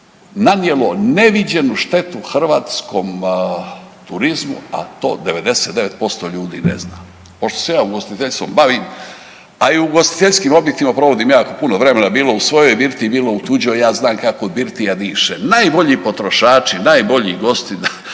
nanijelo neviđenu štetu hrvatskom turizmu, a to 99% ljudi ne zna. Pošto se ja ugostiteljstvom bavim, a i u ugostiteljskim objektima provodim jako puno vremena bilo u svojoj birtiji, bilo u tuđoj, ja znam kako birtija diše. Najbolji potrošači, najbolji gosti,